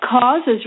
causes